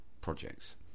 projects